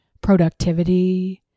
productivity